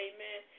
Amen